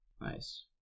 Nice